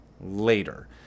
later